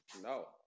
no